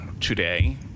today